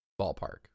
ballpark